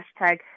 hashtag